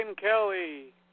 Kelly